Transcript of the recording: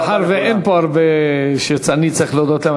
מאחר שאין פה הרבה שאני צריך להודות להם,